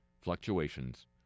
fluctuations